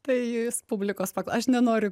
tai jūs publikos pakla aš nenoriu k